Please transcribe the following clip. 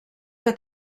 que